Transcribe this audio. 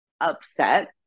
upset